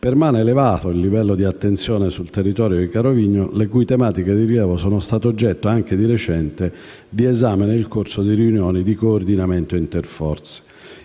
permane elevato il livello di attenzione sul territorio di Carovigno, le cui tematiche di rilievo sono state oggetto, anche di recente, di esame nel corso di riunioni di coordinamento interforze.